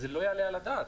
זה לא יעלה על הדעת.